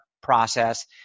process